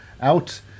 out